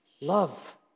love